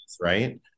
right